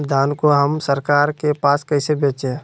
धान को हम सरकार के पास कैसे बेंचे?